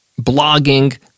blogging